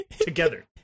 Together